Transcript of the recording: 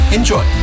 Enjoy